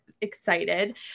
excited